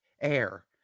air